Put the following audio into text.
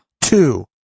Two